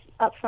upfront